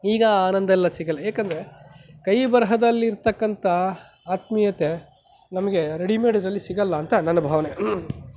ಈಗ ಆ ಆನಂದ ಎಲ್ಲ ಸಿಗಲ್ಲ ಯಾಕಂದರೆ ಕೈ ಬರಹದಲ್ಲಿರತಕ್ಕಂಥ ಆತ್ಮೀಯತೆ ನಮಗೆ ರೆಡಿಮೇಡ್ ಇದರಲ್ಲಿ ಸಿಗಲ್ಲ ಅಂತ ನನ್ನ ಭಾವನೆ